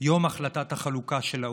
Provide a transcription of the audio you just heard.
יום החלטת החלוקה של האו"ם,